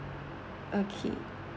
okay